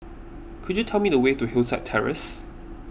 could you tell me the way to Hillside Terrace